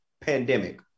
pandemic